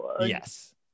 Yes